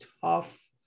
tough